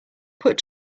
put